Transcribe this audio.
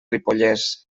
ripollès